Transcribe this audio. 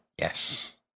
yes